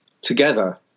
together